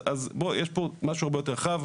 אז בוא, יש פה משהו הרבה יותר רחב.